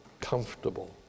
comfortable